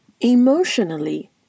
Emotionally